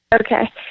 Okay